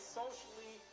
socially